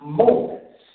moments